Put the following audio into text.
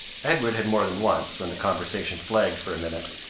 edward had more than once, when the conversation flagged for a minute,